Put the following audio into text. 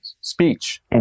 speech